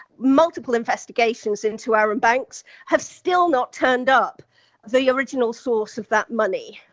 multiple investigations into our banks have still not turned up the original source of that money.